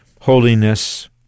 holiness